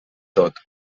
tot